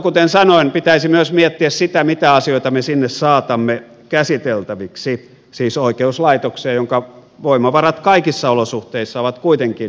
kuten sanoin pitäisi myös miettiä sitä mitä asioita me sinne saatamme käsiteltäviksi siis oikeuslaitokseen jonka voimavarat kaikissa olosuhteissa ovat kuitenkin rajalliset